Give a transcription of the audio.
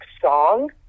song